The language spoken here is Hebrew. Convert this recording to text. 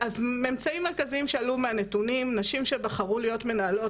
ממצאים מרכזיים שעלו מהנתונים: נשים שבחרו להיות מנהלות,